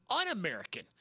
un-American